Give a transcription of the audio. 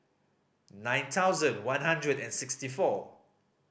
nine thousand one hundred and sixty four